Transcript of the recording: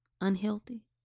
unhealthy